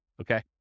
Okay